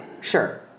Sure